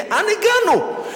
לאן הגענו?